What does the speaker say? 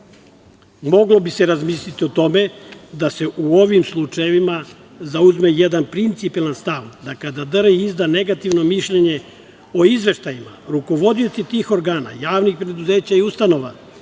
Moglo bi se razmisliti o tome da se u ovom slučajevima zauzme jedan principijalan stav da kada DRI izda negativno mišljenje o izveštajima rukovodioci tih organa, javnih preduzeća i ustanova